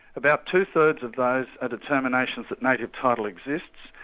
about two-thirds of those determinations that native title exists,